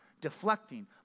deflecting